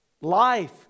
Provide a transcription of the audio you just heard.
Life